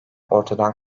ortadan